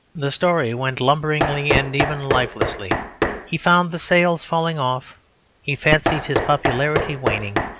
the story went lumberingly and even lifelessly he found the sales falling off he fancied his popularity waning,